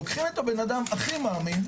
לוקחים את הבן אדם הכי מאמין,